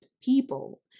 people